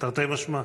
תרתי משמע,